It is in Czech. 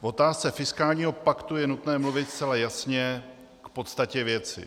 V otázce fiskálního paktu je nutné mluvit zcela jasně k podstatě věci.